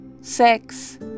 sex